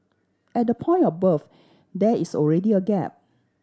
at the point of birth there is already a gap